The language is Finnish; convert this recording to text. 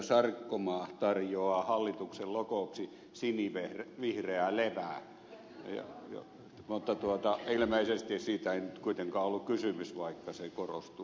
sarkomaa tarjoaa hallituksen logoksi sinivihreää levää mutta ilmeisesti siitä ei nyt kuitenkaan ollut kysymys vaikka se tuli siellä esille